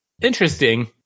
Interesting